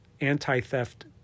anti-theft